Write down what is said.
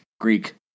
Greek